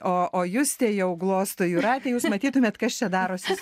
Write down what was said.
o o justė jau glosto jūratę jūs matytumėt kas čia darosi